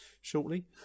shortly